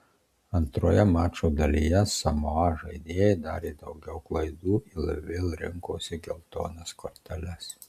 antroje mačo dalyje samoa žaidėjai darė daugiau klaidų ir vėl rinkosi geltonas korteles